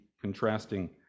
contrasting